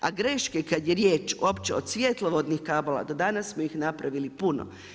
A greške kada je riječ uopće od svjetlovodnih kablova do danas smo ih napravili puno.